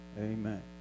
Amen